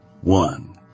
One